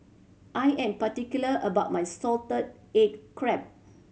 I am particular about my salted egg crab